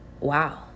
wow